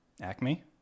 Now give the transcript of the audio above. Acme